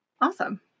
Awesome